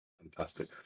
fantastic